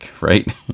right